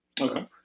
okay